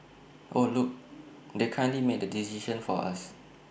oh look they kindly made the decision for us